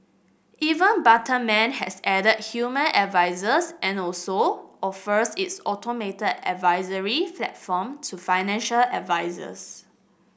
even Betterment has added human advisers and also offers its automated advisory platform to financial advisers